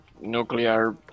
nuclear